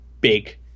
big